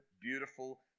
beautiful